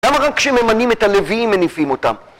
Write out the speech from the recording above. למה גם כשממנים את הלווים מניפים אותם?